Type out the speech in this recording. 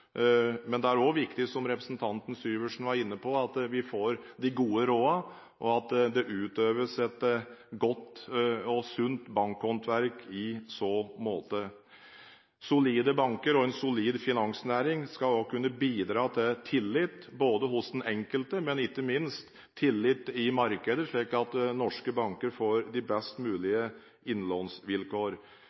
Men det er også viktig, som representanten Syversen var inne på, at vi får gode råd, og at det utøves et godt og sunt bankhåndverk i så måte. Solide banker og en solid finansnæring skal også kunne bidra til tillit – hos den enkelte, men ikke minst i markedet, slik at norske banker får de best mulige innlånsvilkår.